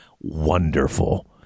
wonderful